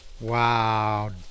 Wow